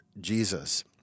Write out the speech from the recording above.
Jesus